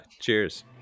Cheers